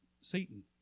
Satan